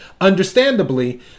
Understandably